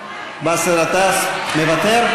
גטאס, מוותר?